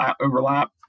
overlap